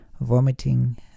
vomiting